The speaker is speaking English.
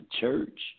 church